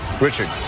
Richard